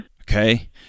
Okay